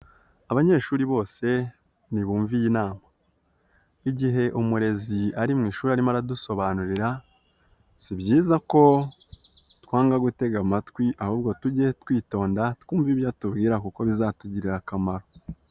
Abanyeshuri bose nibumve iyi inama, igihe umurezi ari mu ishuri arimo aradusobanurira si byiza ko twanga gutega amatwi ahubwo tujye twitonda twumve ibyo atubwira kuko bizatugirira akamaro.